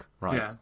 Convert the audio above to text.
right